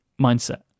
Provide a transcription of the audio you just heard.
mindset